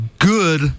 good